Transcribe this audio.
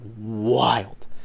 wild